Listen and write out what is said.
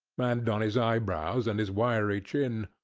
and on his eyebrows, and his wiry chin.